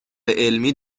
علمی